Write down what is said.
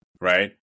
right